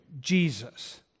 Jesus